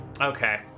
Okay